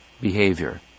behavior